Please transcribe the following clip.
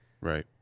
Right